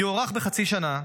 יוארך בחצי שנה,